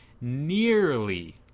nearly